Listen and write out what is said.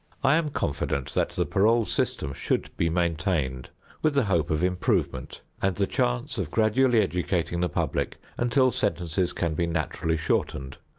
i am confident that the parole system should be maintained with the hope of improvement and the chance of gradually educating the public until sentences can be naturally shortened,